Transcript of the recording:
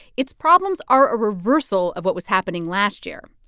its problems are a reversal of what was happening last year,